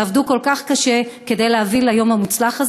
שעבדו כל כך קשה כדי להביא ליום המוצלח הזה,